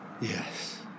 Yes